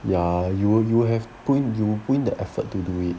ya you you have you will put in the effort to do it